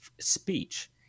speech